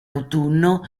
autunno